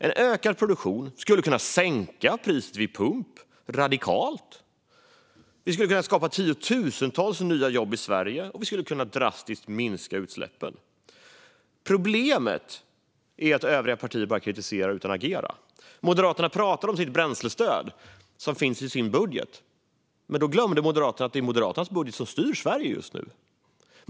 En ökad produktion skulle kunna sänka priset vid pump radikalt, skapa tiotusentals nya jobb i Sverige och drastiskt minska utsläppen. Problemet är att övriga partier bara kritiserar utan att agera. Moderaterna pratar om sitt bränslestöd, som finns i deras budget. Men Moderaterna glömmer att det är deras budget som styr Sverige just nu.